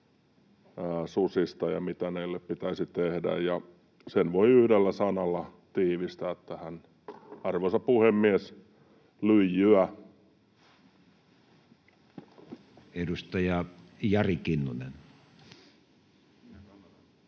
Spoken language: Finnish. siitä, mitä näille pitäisi tehdä, ja sen voi yhdellä sanalla tiivistää tähän: arvoisa puhemies, lyijyä. Edustaja Jari Kinnunen.